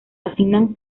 asignan